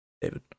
David